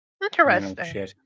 Interesting